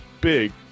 big